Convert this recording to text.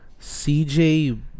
CJ